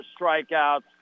strikeouts